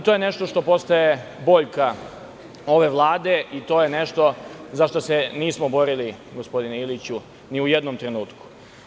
To je nešto što postaje boljka ove Vlade i to je nešto za šta se nismo borili, gospodine Iliću, ni u jednom trenutku.